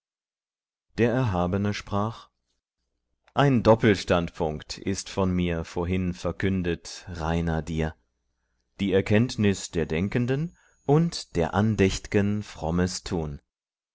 der erhabene sprach ein doppelstandpunkt ist von mir vorhin verkündet reiner dir die erkenntnis der denkenden und der andächt'gen frommes tun